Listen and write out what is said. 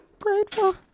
Grateful